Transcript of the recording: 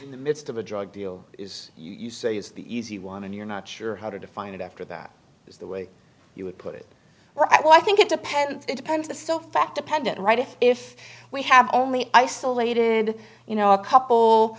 in the midst of a drug deal is you say is the easy one and you're not sure how to define it after that is the way you would put it right well i think it depends it depends the so fact dependent right if if we have only isolated you know a couple